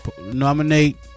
Nominate